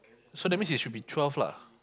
so that's means it should be twelve lah